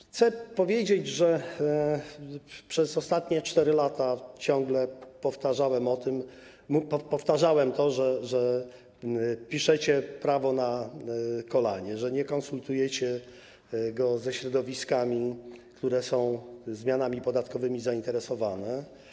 Chcę powiedzieć, że przez ostatnie 4 lata ciągle powtarzałem to, że piszecie prawo na kolanie, że nie konsultujecie go ze środowiskami, które są zmianami podatkowymi zainteresowane.